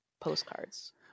postcards